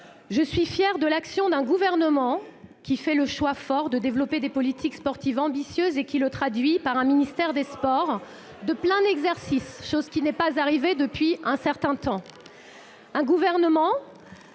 je suis fière de l'action d'un Gouvernement qui fait le choix fort de développer des politiques sportives ambitieuses et qui le traduit par un ministère des sports de plein exercice, ... Votre budget, madame !... chose qui n'est pas arrivée depuis un certain temps ;... Il faut